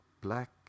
black